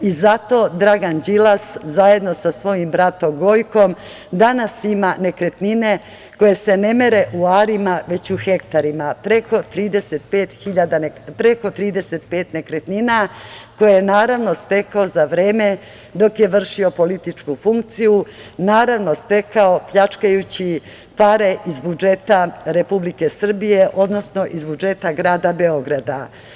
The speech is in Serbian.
Zato Dragan Đilas, zajedno sa svojim bratom Gojkom, danas ima nekretnine koje se ne mere u arima, već u hektarima, preko 35 nekretnina, koje je naravno stekao za vreme dok je vršio političku funkciju, naravno, stekao pljačkajući pare iz budžeta Republike Srbije, odnosno iz budžeta grada Beograda.